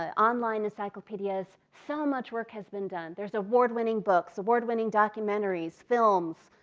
ah online encyclopedias. so much work has been done. there's award winning books, award winning documentaries, films